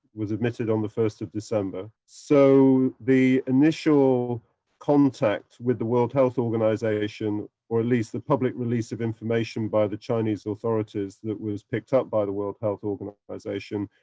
was admitted on the first of december. so, the initial contact with the world health organization, or at least the public release of information by the chinese authorities that was picked up by the world health ah kind of organization,